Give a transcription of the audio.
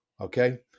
okay